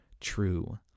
true